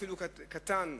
אפילו קטן,